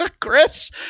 Chris